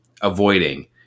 avoiding